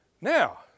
now